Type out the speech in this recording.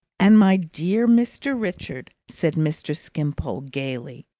and my dear mr. richard, said mr. skimpole gaily,